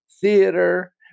theater